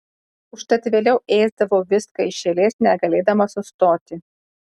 užtat vėliau ėsdavau viską iš eilės negalėdama sustoti